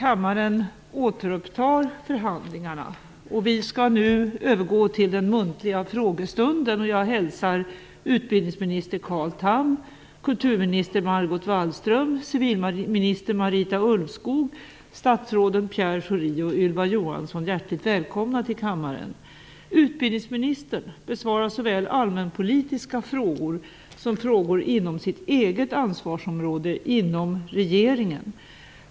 Jag hälsar utbildningsminister Carl Tham, kulturminister Margot Wallström, civilminister Marita Utbildningsministern besvarar såväl allmänpolitiska frågor som frågor inom sitt eget ansvarsområde inom regeringen.